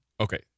Okay